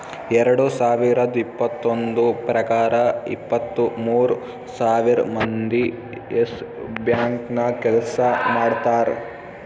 ಎರಡು ಸಾವಿರದ್ ಇಪ್ಪತ್ತೊಂದು ಪ್ರಕಾರ ಇಪ್ಪತ್ತು ಮೂರ್ ಸಾವಿರ್ ಮಂದಿ ಯೆಸ್ ಬ್ಯಾಂಕ್ ನಾಗ್ ಕೆಲ್ಸಾ ಮಾಡ್ತಾರ್